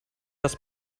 das